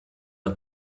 der